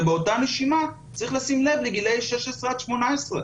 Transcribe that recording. ובאותה נשימה צריך לשים לב לגילאי 16 עד 18,